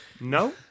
No